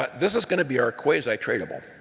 but this is going to be our quasi-tradable.